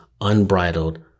unbridled